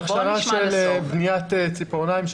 הכשרה של בניית ציפורניים,